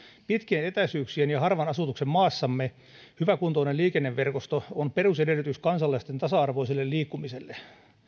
pitkien etäisyyksien ja harvan asutuksen maassamme hyväkuntoinen liikenneverkosto on perusedellytys kansalaisten tasa arvoiselle liikkumiselle